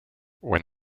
when